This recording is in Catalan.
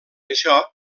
això